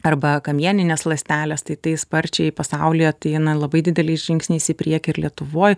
arba kamieninės ląstelės tai tai sparčiai pasaulyje tai eina labai dideliais žingsniais į priekį ir lietuvoj